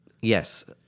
Yes